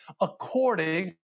according